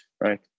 right